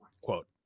quote